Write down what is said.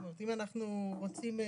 אם אנחנו רוצים,